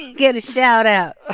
get a shoutout ah